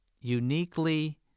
uniquely